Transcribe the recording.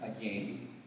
again